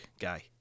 guy